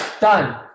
Done